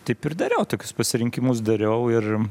taip ir dariau tokius pasirinkimus dariau ir